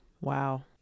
wow